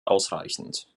ausreichend